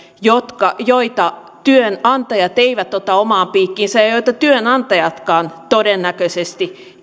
joita työnantajat eivät ota omaan piikkiinsä ja ja joita työnantajatkaan todennäköisesti